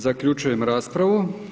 Zaključujem raspravu.